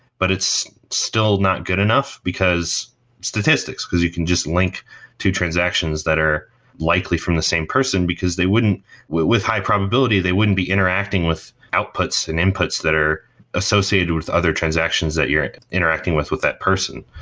but it's still not good enough, because statistics, because you can just link to transactions that are likely from the same person because they wouldn't with with high probability they wouldn't be interacting with outputs and inputs that are associated with other transactions that you're interacting with with that person,